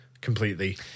completely